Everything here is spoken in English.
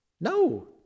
No